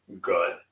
good